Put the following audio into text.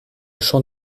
champ